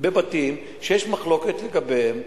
בבתים שיש מחלוקת לגביהם.